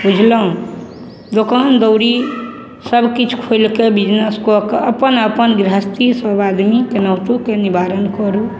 बुझलहुँ दोकान दौरी सबकिछु खोलिके बिजनेस कऽके अपन अपन गिरहस्थी सभ आदमी कोनाहितोके निवारण करू